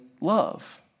love